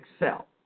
excel